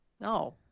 No